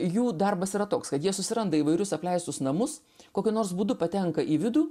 jų darbas yra toks kad jie susiranda įvairius apleistus namus kokiu nors būdu patenka į vidų